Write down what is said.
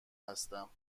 هستم